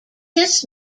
this